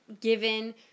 given